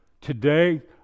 today